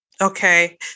Okay